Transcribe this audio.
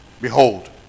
behold